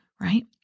Right